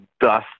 dust